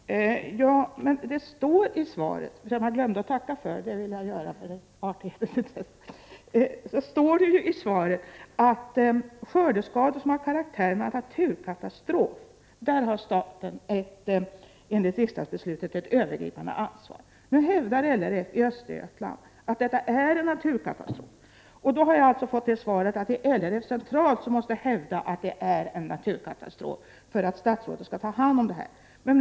Fru talman! Det står i svaret — som jag glömde att tacka för, det vill jag nu göra av artighet — att när det gäller skördeskador som har karaktären av naturkatastrof har staten enligt riksdagsbeslutet ett övergripande ansvar. Nu hävdar LRF i Östergötland att detta är en naturkatastrof. Jag har fått svaret att LRF centralt måste hävda att det är en naturkatastrof för att statsrådet skall ta hand om frågan.